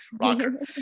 rocker